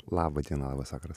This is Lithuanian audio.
laba diena labas vakaras